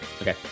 okay